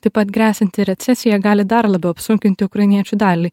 taip pat gresianti recesija gali dar labiau apsunkinti ukrainiečių dalį